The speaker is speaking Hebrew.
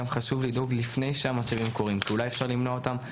חשוב שיהיו טיפולים לפני שהמצבים קורים כי אולי אפשר למנוע אותם.